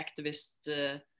activist